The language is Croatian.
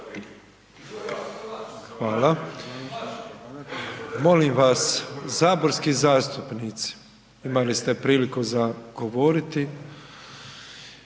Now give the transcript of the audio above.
Hvala. Molim vas saborski zastupnici imali ste priliku za govoriti.